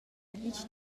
vitg